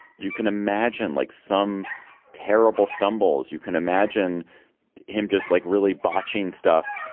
you can imagine like some terrible stumbles. you can imagine him just like really botching stuff.